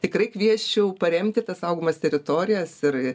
tikrai kviesčiau paremti saugomas teritorijas ir